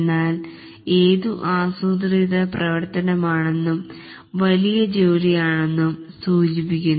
എന്നാൽ ഏതു അസ്രൂതിത പ്രവർത്തനമാണെന്നും വലിയ ജോലി ആണാണെന്നും സൂചിപ്പിക്കുന്നു